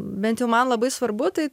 bent jau man labai svarbu tai